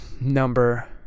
number